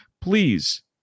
Please